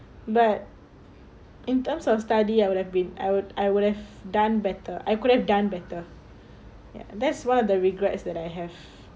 but in terms of study I would have been I would I would have done better I could have done better ya that's one of the regrets that I have